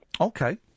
Okay